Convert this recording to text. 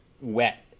wet